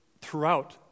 throughout